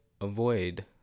avoid